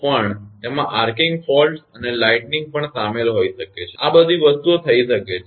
પણ તેમાં arcing faults અને લાઇટનીંગ પણ શામેલ હોઈ શકે છે આ બધી વસ્તુઓ થઈ શકે છે